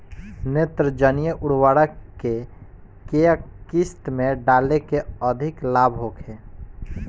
नेत्रजनीय उर्वरक के केय किस्त में डाले से अधिक लाभ होखे?